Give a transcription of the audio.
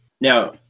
Now